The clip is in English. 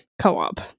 co-op